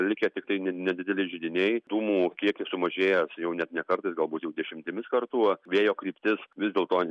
likę tiktai ne nedidelis židiniai dūmų kiekis sumažėjęs jau net ne kartais galbūt jau dešimtimis kartų vėjo kryptis vis dėl